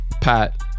pat